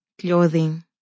clothing